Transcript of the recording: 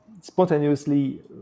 spontaneously